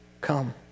come